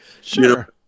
sure